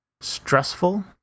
stressful